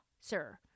sir